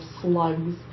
slugs